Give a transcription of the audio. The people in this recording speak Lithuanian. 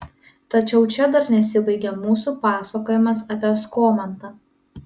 tačiau čia dar nesibaigia mūsų pasakojimas apie skomantą